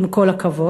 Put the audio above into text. עם כל הכבוד.